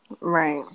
Right